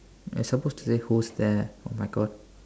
it's supposed to be who's there oh-my-God